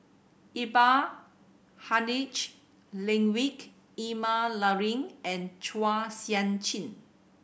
Iqbal Heinrich Ludwig Emil Luering and Chua Sian Chin